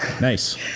Nice